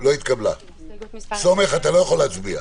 הצבעה ההסתייגות לא אושרה.